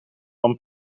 van